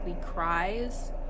cries